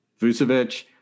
Vucevic